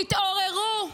תתעוררו.